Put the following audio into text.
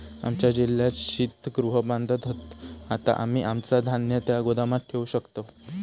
आमच्या जिल्ह्यात शीतगृह बांधत हत, आता आम्ही आमचा धान्य त्या गोदामात ठेवू शकतव